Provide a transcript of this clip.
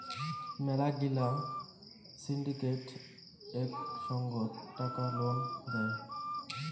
মেলা গিলা সিন্ডিকেট এক সঙ্গত টাকা লোন দেয়